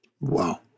Wow